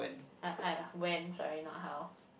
I I when sorry not how